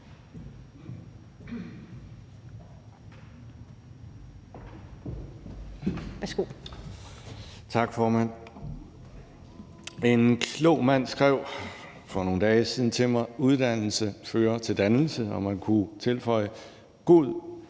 En klog mand skrev for nogle dage siden til mig: Uddannelse fører til dannelse. Og man kunne tilføje: God